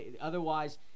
Otherwise